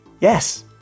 Yes